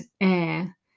air